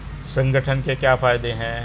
संगठन के क्या फायदें हैं?